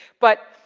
but,